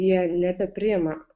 jie nebepriima